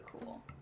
cool